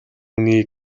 үүний